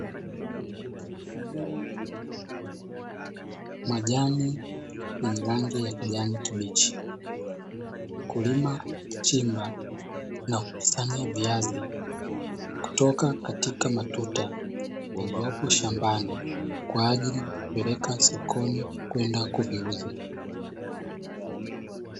Majani yenye rangi ya kijani kibichi, mkulima akichimba na kukusanya viazi kutoka katika matuta yaliyopo shambani kwa ajili ya kupeleka sokoni kwenda kuviuza.